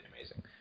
amazing